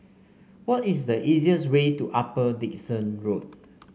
what is the easiest way to Upper Dickson Road